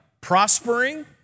prospering